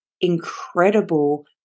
incredible